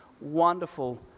wonderful